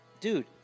Dude